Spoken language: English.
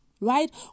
right